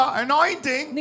anointing